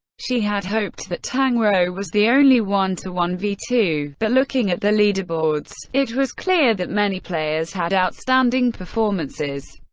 she had hoped that tang rou was the only one to one v two, but looking at the leaderboards, it was clear that many players had outstanding performances.